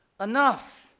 enough